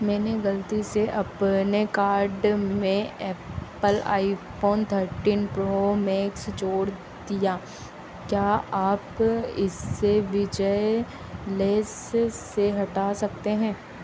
मैंने गलती से अपने कार्ट में Apple iPhone thirteen Pro Max जोड़ दिया क्या आप इसे विजय लेस से हटा सकते हैं